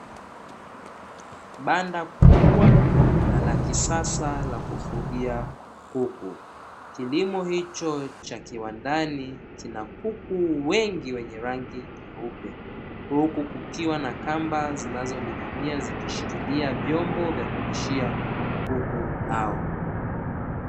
Banda kubwa na la kisasa la kufugia kuku kilimo hicho cha kiwandani, kina kuku wengi wenye rangi nyeupe. Huku kukiwa na kamba zinazoning'inia zikishikiria vyombo vya kulishia kuku hao.